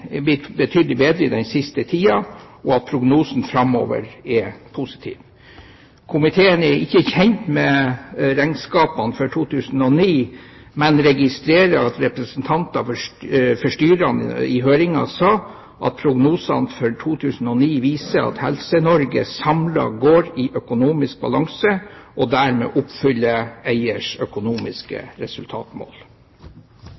er blitt betydelig bedre den siste tiden, og at prognosen framover er positiv. Komiteen er ikke kjent med regnskapene for 2009, men registrerer at representanter for styrene i høringen sa at prognosene for 2009 viser at Helse-Norge samlet går i økonomisk balanse og dermed oppfyller eiers økonomiske